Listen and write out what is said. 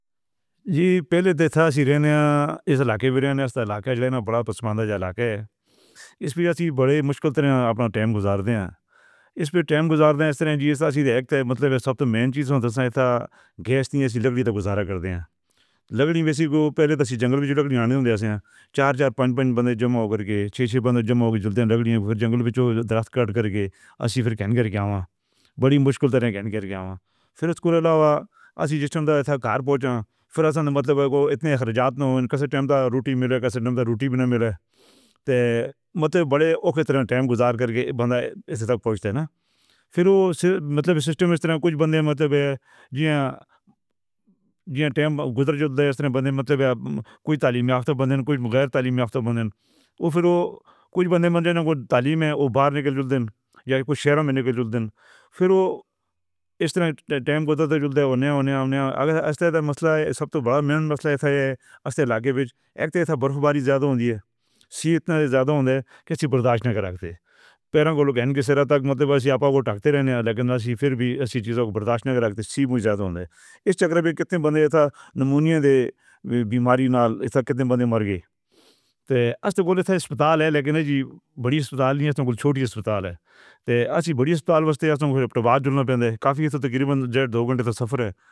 جی پہلے دن تھا اِس علاقے بریانی اُس علاقے میں اِس پے اسی بڑے مشکل سے اپنا ٹائم گزار دِیا۔ اِس پے ٹائم گزار دے اِس طرح جی ایسا سیدھا ایکٹ ہے۔ مطلب اِس سب تو مین چیز میں دسہیتا گزارا کر دِیا۔ چار چار پوائنٹ پوائنٹ بندے جما کر کے چھ چھ بندے جما ہو گیا۔ پھر جنگل میں جو دست کٹ کر کے اور پھر کے آؤں گا، بڑی مشکل طرح کے آؤں گا۔ پھر سکول علاوہ ایسی جیس ٹائم تھا گھر پہنچا پھر مطلب اِتنے روٹی مِلے۔ مطلب بڑے ٹائم گزر کر کے بندہ ایسے تک پہنچتے ہے نا پھر او مطلب سسٹم میں کُچھ بندے مطلب کوئی تعلیم میں او پھر او کوئی بندے۔ پھر او اِس طرح کے ٹائم مسئلہ ایسا ہے۔ برفباری زیادہ ہوتی ہے۔ سی اِتنا زیادہ کے سی برداشت نہیں کراتے پھر بھی ایسی چیزوں کو برداشت نہیں کراتے سی اِس چکر میں کتنے؟ نمونیہ دے بیماری نال ایسا کتنے بندے مر گئے تھے ہسپتال ہے لیکن جی بڑی ہسپتال نہیں چھوٹی ہسپتال ہے۔ ایسی بڑی ہسپتال کافی 2 گھنٹے تک سفر ہے۔